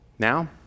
Now